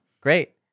Great